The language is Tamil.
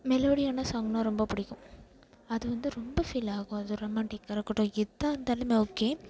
மெலோடியான சாங்ன்னா ரொம்ப பிடிக்கும் அது வந்து ரொம்ப ஃபீல் ஆகும் அது ரொமான்டிக்காக இருக்கட்டும் எதாக இருந்தாலுமே ஓகே